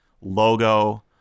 logo